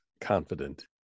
confident